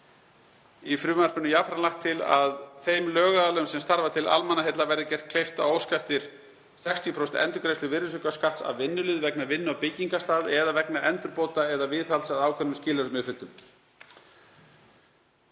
Í frumvarpinu er jafnframt lagt til að þeim lögaðilum sem starfa til almannaheilla verði gert kleift að óska eftir 60% endurgreiðslu virðisaukaskatts af vinnulið vegna vinnu á byggingarstað, eða vegna endurbóta eða viðhalds, að ákveðnum skilyrðum uppfylltum.